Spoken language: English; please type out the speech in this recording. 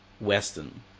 Western